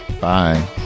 Bye